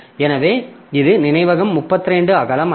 எனவே இது நினைவகம் 32 அகலம் அல்ல